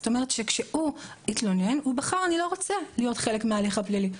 זאת אומרת שכשהוא התלונן הוא בחר: אני לא רוצה להיות חלק מההליך הפלילי.